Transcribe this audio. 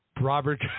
Robert